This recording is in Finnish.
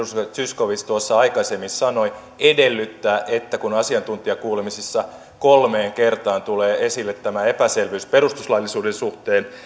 zyskowicz tuossa aikaisemmin sanoi edellyttää että kun asiantuntijakuulemisissa kolmeen kertaan tulee esille tämä epäselvyys perustuslaillisuuden suhteen